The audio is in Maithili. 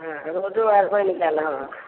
हँ रोडो आर बनि गेल हँ